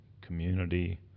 community